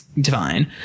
Divine